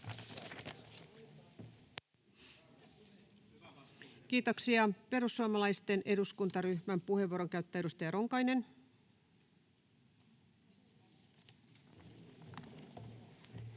Kiitoksia. — Perussuomalaisten eduskuntaryhmän puheenvuoron käyttää edustaja Ronkainen. [Speech